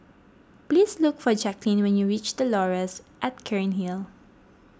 please look for Jacquelyn when you reach the Laurels at Cairnhill